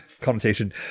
connotation